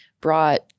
brought